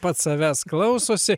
pats savęs klausosi